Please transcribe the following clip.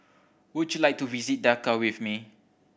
would you like to visit Dhaka with me